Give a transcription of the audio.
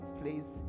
please